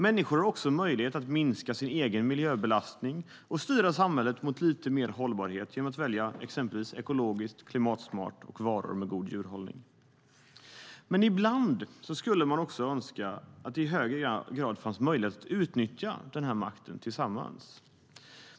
Människor har möjlighet att minska sin egen miljöbelastning och styra samhället mot lite mer hållbarhet genom att välja exempelvis ekologiskt, klimatsmart och varor med god djurhållning. Ibland skulle man dock önska att det i högre grad fanns möjlighet att utnyttja den makten tillsammans.